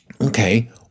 Okay